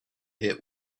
hit